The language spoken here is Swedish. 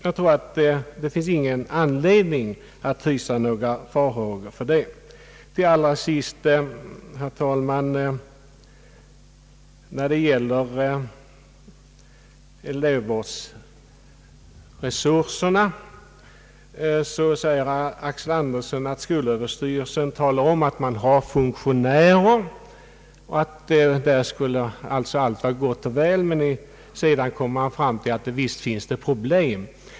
Jag anser att det inte finns anledning att hysa farhågor för att en sådan åtgärd skulle vara motiverad. Vad slutligen beträffar elevvårdsresurserna sade herr Axel Andersson att skolöverstyrelsen först talar om att den har funktionärer och att allting därför skulle . vara gott och väl men sedan medger att det finns problem.